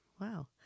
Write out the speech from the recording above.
wow